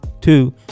Two